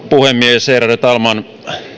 puhemies ärade talman